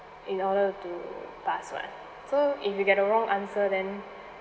in order to pass [what] so if you get the wrong answer then